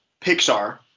Pixar